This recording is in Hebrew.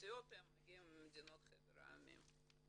מאתיופיה או ממדינות חבר העמים.